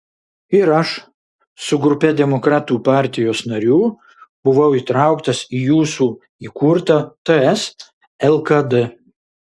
ir aš su grupe demokratų partijos narių buvau įtrauktas į jūsų įkurtą ts lkd